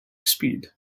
speed